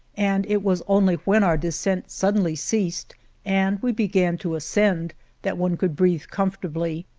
and it was only when our descent suddenly ceased and we began to ascend that one could breathe comfortably.